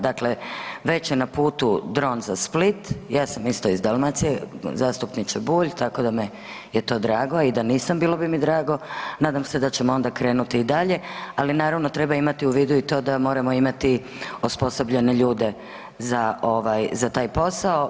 Dakle, već je na putu dron za Split, ja sam isto iz Dalmacije zastupniče Bulj tako da mi je to drago i da nisam bilo bi mi drago, nadam se da ćemo onda krenuti dalje, ali naravno moramo treba imati u vidu i to da moramo imati osposobljene ljude za taj posao.